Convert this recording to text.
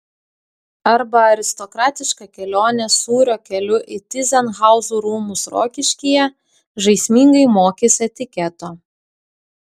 arba aristokratiška kelionė sūrio keliu į tyzenhauzų rūmus rokiškyje žaismingai mokys etiketo